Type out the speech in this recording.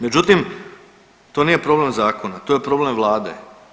Međutim, to nije problem zakona, to je problem Vlade.